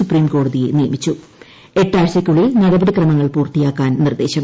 സൂപ്രീംകോടതി നിയമിച്ചു എട്ടാഴ്ച്ചയ്ക്കുള്ളിൽ നടപടിക്രമങ്ങൾ പൂർത്തിയാക്കാൻ നിർദ്ദേശം